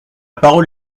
parole